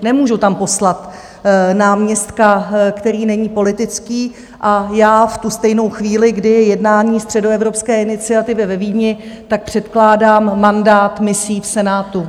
Nemůžu tam poslat náměstka, který není politický, a já v tu stejnou chvíli, kdy je jednání Středoevropské iniciativy ve Vídni, předkládám mandát misí v Senátu.